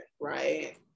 right